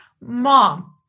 mom